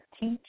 teach